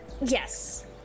Yes